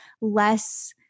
less